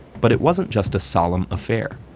but it wasn't just a solemn affair.